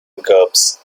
gobs